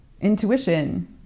intuition